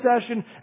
session